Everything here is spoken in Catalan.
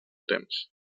temps